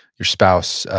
your spouse,